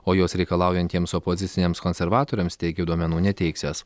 o jos reikalaujantiems opoziciniams konservatoriams teigė duomenų neteiksiąs